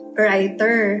writer